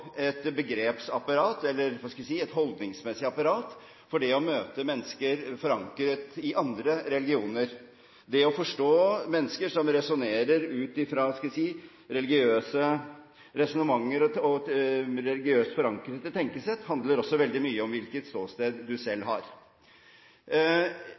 et begrepsapparat, eller – hva skal jeg si – et holdningsmessig apparat for det å møte mennesker forankret i andre religioner. Det å forstå mennesker som resonnerer ut fra religiøsitet og religiøst forankrede tenkesett, handler også veldig mye om hvilket ståsted du selv